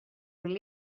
will